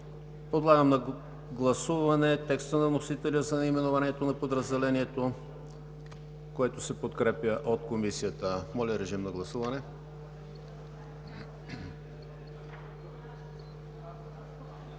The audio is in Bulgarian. Подлагам на гласуване текста на вносителя за наименованието на подразделението, което се подкрепя от Комисията. Гласували